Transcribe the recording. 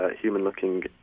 human-looking